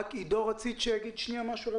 רצית עידו יגיד משהו?